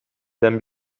than